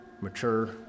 mature